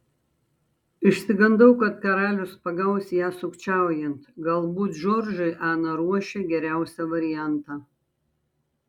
išsigandau kad karalius pagaus ją sukčiaujant galbūt džordžui ana ruošė geriausią variantą